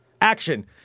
action